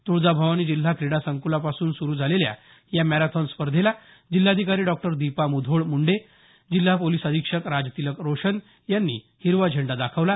तुळजाभवानी जिल्हा क्रीडा संकुलापासून सुरू झालेल्या या मॅरेथॉन स्पर्धेला जिल्हाधिकारी डॉक्टर दीपा मुधोळ मुंडे जिल्हा पोलिस अधीक्षक राजतिलक रोशन यांनी हिरवा झेंडा दाखवला